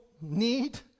need